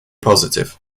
positive